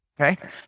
Okay